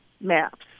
maps